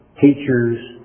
teachers